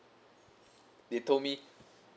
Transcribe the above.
they told me